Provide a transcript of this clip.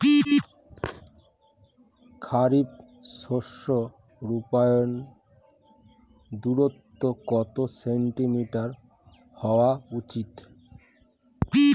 খারিফ শস্য রোপনের দূরত্ব কত সেন্টিমিটার হওয়া উচিৎ?